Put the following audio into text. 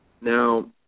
Now